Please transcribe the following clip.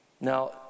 Now